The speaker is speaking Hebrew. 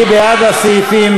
מי בעד הסעיפים?